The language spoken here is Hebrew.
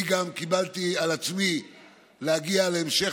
אני גם קיבלתי על עצמי להגיע בהמשך